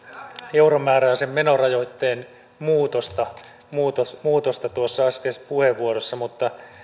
euromääräisen menorajoitteen muutosta muutosta tuossa äskeisessä puheenvuorossa mutta